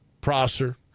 Prosser